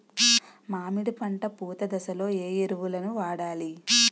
మామిడి పంట పూత దశలో ఏ ఎరువులను వాడాలి?